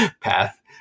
path